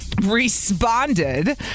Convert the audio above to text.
responded